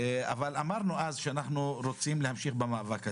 אבל אמרנו אז שאנחנו רוצים להמשיך במאבק הזה.